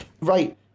right